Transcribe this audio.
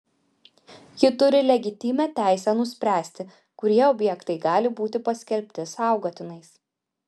ji turi legitimią teisę nuspręsti kurie objektai gali būti paskelbti saugotinais